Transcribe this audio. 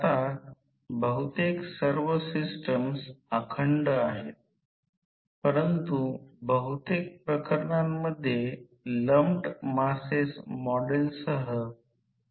आपण समांतर मापदंड पाहतो कारण ते समांतर जोडलेले असतात